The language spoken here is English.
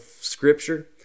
scripture